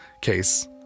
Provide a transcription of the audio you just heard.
case